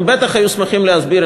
הם בטח היו שמחים להסביר,